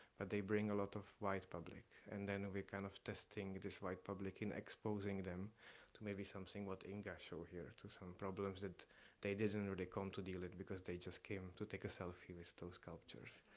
but they bring a lot of white public. and then we kind of testing this white public in exposing them to maybe something what english over here to some problems that they didn't really come to deal with, because they just came to take a selfie with those sculptures.